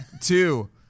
two